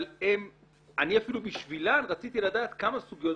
אבל אני אפילו בשבילן רציתי לדעת כמה סוגיות.